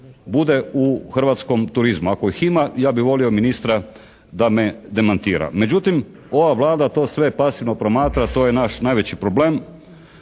bude u hrvatskom turizmu. Ako ih ima ja bih volio ministra da me demantira. Međutim, ova Vlada to sve pasivno promatra, to je naš najveći problem,